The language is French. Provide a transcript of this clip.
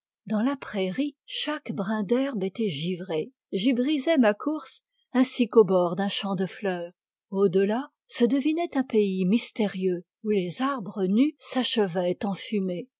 dans la prairie chaque brin d'herbe était givré j'y brisai ma course ainsi qu'au bord d'un champ de fleurs au delà se devinait un pays mystérieux où les arbres nus s'achevaient en fumée